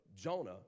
Jonah